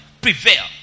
prevail